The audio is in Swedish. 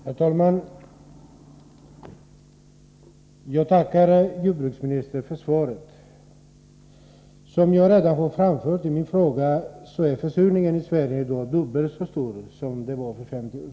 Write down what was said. Herr talman! Jag tackar jordbruksministern för svaret på min fråga. Försurningen i Sverige är i dag, som jag redan framhållit i min fråga, dubbelt så stor som för 50 år sedan.